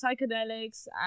psychedelics